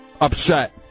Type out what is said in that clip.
upset